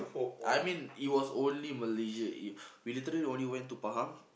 I mean it was only Malaysia it we literally only went to Pahang